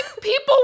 People